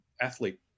athlete